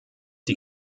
die